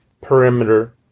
perimeter